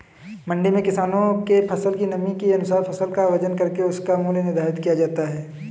मंडी में किसानों के फसल की नमी के अनुसार फसल का वजन करके उसका मूल्य निर्धारित किया जाता है